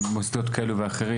במוסדות כאלו ואחרים.